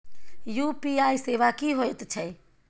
UPI सेवा की होयत छै?